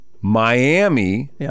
Miami